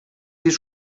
sis